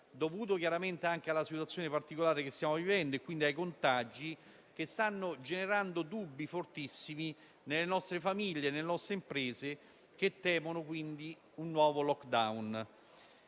dovuto chiaramente anche alla situazione particolare che stiamo vivendo e quindi ai contagi che stanno generando dubbi fortissimi nelle nostre famiglie e nelle nostre imprese, che temono un nuovo *lockdown.*